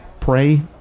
pray